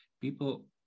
People